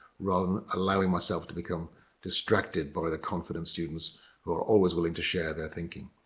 rather than allowing myself to become distracted by the confident students who are always willing to share their thinking.